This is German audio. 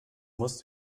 musst